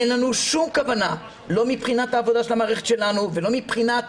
אין לנו שום כוונה - לא מבחינת העבודה של המערכת שלנו ולא מבחינת